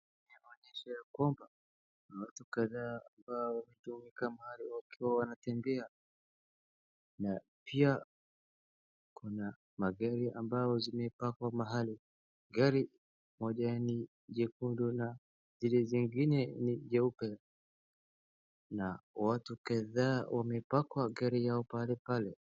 Inaonyesha ya kwamba kuna watu kadhaa ambao wametumika mahali wakitembea na pia kuna magari ambao zimepakwa mahali. Gari moja ni jekundu na zile zingine ni jeupe na watu kadhaa wamepakwa gari yao palepale.